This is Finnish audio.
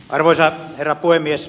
arvoisa herra puhemies